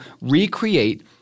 recreate